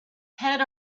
had